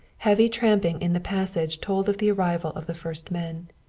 heavy tramping in the passage told of the arrival of the first men.